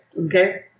Okay